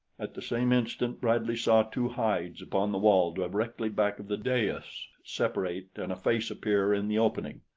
at the same instant bradley saw two hides upon the wall directly back of the dais separate and a face appear in the opening.